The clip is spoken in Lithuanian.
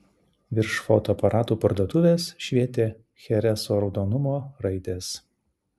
virš fotoaparatų parduotuvės švietė chereso raudonumo raidės